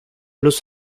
los